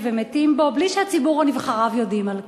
ומתים בו בלי שהציבור או נבחריו יודעים על כך?